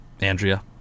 Andrea